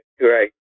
right